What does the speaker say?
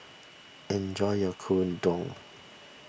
enjoy your Gyudon